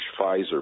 Pfizer